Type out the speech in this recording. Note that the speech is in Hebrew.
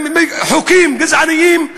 חוקים גזעניים,